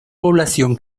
población